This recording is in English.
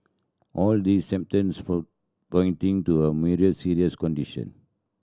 all these symptoms pointing to a serious condition